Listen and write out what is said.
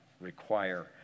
require